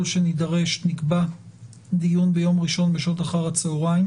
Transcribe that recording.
שנידרש נקבע דיון ביום ראשון בשעות אחר הצהריים,